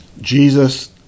Jesus